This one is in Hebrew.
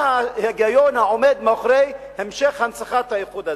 מה ההיגיון העומד מאחורי המשך, הנצחת האיחוד הזה?